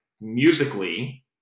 musically